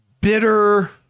bitter